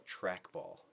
trackball